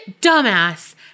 dumbass